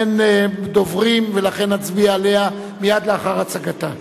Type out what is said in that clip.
אין דוברים, ולכן נצביע עליה מייד לאחר הצגתה.